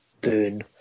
burn